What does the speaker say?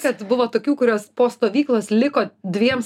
kad buvo tokių kurios po stovyklos liko dviems